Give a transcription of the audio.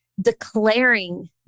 declaring